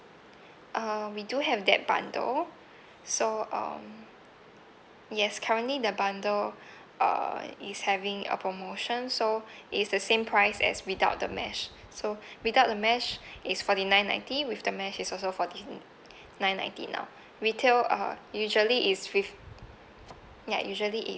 uh we do have that bundle so um yes currently the bundle uh is having a promotion so it's the same price as without the mesh so without the mesh is forty nine ninety with the mesh is also forty nine ninety now retail uh usually is fifth ya usually is